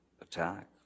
attack